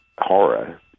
horror